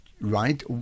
right